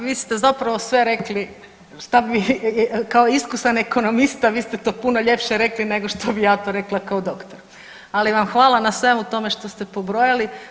Vi ste zapravo sve rekli šta bi kao iskusan ekonomista vi ste to puno ljepše rekli nego što bi ja to rekla kao doktor, ali vam hvala na svemu tome što ste pobrojali.